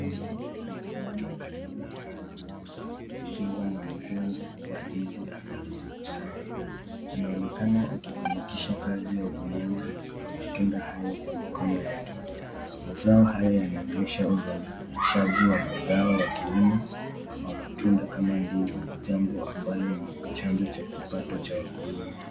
Mwanaume anasimama karibu na mnazi ukiwa na mkungi wa ndizi anazozikusanya, anaonekana akifanikisha kazi ya ulimaji wa matunda hayo kwa mikono yake , mazao hao yanaonyesha uzalishaji wa mazao ya kilimo ya matunda kama ndizi, jambo ambalo ni chanzo cha kipato cha wakulima.